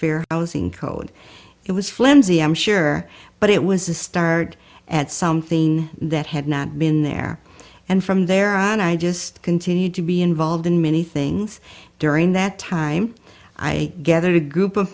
fair housing code it was flimsy i'm sure but it was a start and something that had not been there and from there on i just continued to be involved in many things during that time i gathered a group of